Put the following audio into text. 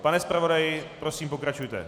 Pane zpravodaji, prosím, pokračujte.